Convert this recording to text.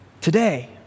today